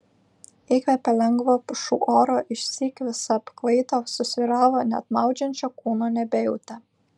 įkvėpė lengvo pušų oro išsyk visa apkvaito susvyravo net maudžiančio kūno nebejautė